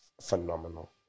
Phenomenal